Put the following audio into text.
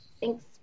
Thanks